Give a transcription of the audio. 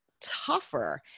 tougher